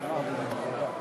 הממשלה בהתאם לסעיף 31(א)